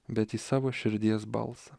bet į savo širdies balsą